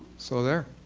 so there.